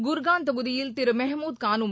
குர்கான் தொகுதியில் திரு மஹ்மூத் கானும்